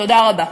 תודה רבה.